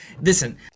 Listen